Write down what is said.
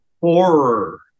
horror